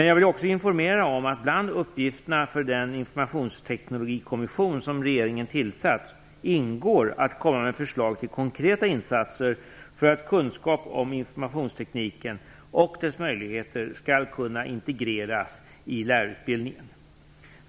Jag vill också informera om att bland uppgifterna för den informationsteknologikommission som regeringen tillsatt ingår att komma med förslag till konkreta insatser för att kunskap om informationstekniken och dess möjligheter skall kunna integreras i lärarutbildningen.